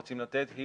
רוצים לתת היא